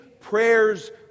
prayers